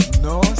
No